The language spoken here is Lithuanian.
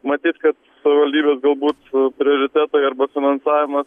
matyt kad savivaldybės galbūt prioritetai arba finansavimas